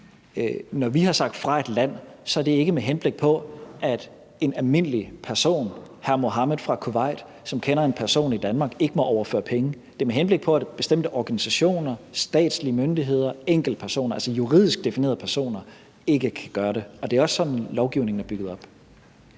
Når vi har sagt »fra et land«, så er det ikke, med henblik på at en almindelig person – hr. Muhammed fra Kuwait, som kender en person i Danmark – ikke må overføre penge. Det er med henblik på, at bestemte organisationer, statslige myndigheder, enkeltpersoner, altså juridisk definerede personer, ikke kan gøre det, og det er også sådan, lovgivningen er bygget op.